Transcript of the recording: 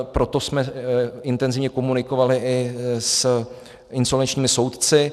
Proto jsme intenzivně komunikovali i s insolvenčními soudci.